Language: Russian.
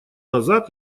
назад